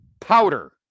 Powder